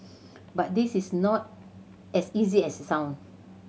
but this is not as easy as it sounds